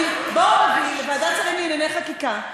בואו נביא לוועדת שרים לענייני חקיקה,